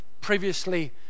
previously